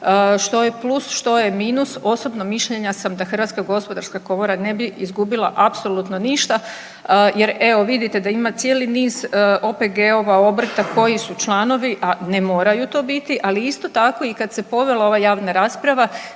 što je plus, što je minus. Osobno mišljenja sam da Hrvatska gospodarska komora ne bi izgubila apsolutno ništa, jer evo vidite da ima cijeli niz OPG-ova, obrta koji su članovi a ne moraju to biti. Ali isto tako i kad se povela ova javna rasprava